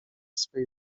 swej